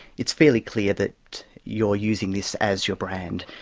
it's fairly clear that you're using this as your brand.